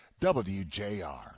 WJR